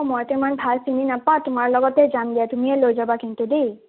অঁ মইতো ইমান ভাল চিনি নেপাওঁ তোমাৰ লগতেই যাম দিয়া তুমিয়ে লৈ যাবা কিন্তু দেই